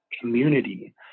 community